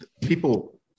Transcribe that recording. people